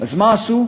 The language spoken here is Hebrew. אז מה עשו?